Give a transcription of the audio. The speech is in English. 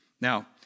Now